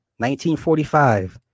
1945